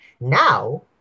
Now